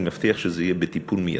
ואני מבטיח שזה יהיה בטיפול מיידי.